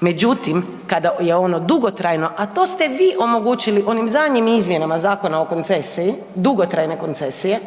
Međutim kada je ono dugotrajno a to ste vi omogućili onim zadnjim izmjenama Zakona o koncesiji, dugotrajne koncesije,